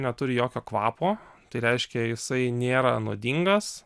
neturi jokio kvapo tai reiškia jisai nėra nuodingas